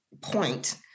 point